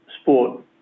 sport